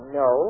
no